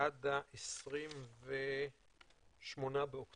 עד ל-28 באוקטובר.